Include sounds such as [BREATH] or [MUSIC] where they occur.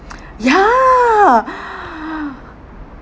ya [BREATH]